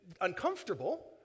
uncomfortable